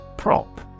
Prop